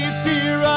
fear